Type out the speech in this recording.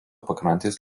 pakrantės